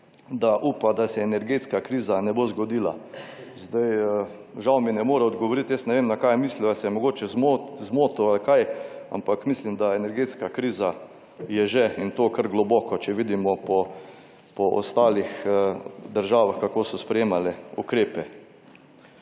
da upa, da se energetska kriza ne bo zgodila. Zdaj žal mi ne more odgovoriti, jaz ne vem na kaj je mislila, se je mogoče zmotil ali kaj, ampak mislim, da energetska kriza je že in to kar globoko, če vidimo po ostalih državah, kako so sprejemale ukrepe.